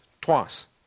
twice